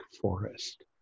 forest